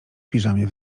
piżamie